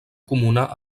comuna